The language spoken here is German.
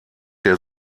der